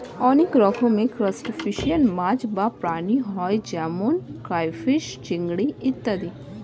অনেক রকমের ক্রাস্টেশিয়ান মাছ বা প্রাণী হয় যেমন ক্রাইফিস, চিংড়ি ইত্যাদি